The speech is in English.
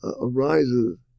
arises